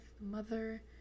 mother